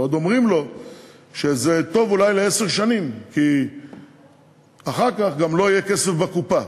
ועוד אומרים לו שזה טוב אולי לעשר שנים כי אחר כך גם לא יהיה כסף בקופה.